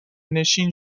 نشین